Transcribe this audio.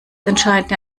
entscheidende